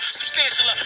substantial